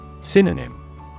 Synonym